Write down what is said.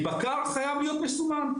בקר צריך להיות מסומן.